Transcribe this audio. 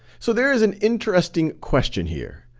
so there is an interesting question here.